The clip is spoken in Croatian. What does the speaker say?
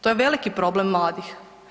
To je veliki problem mladih.